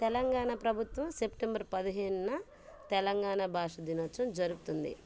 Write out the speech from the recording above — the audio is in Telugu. తెలంగాణ ప్రభుత్వం సెప్టెంబర్ పదిహేనున తెలంగాణ భాష దినోత్సవం జరుపుతుంది